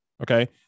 okay